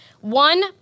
One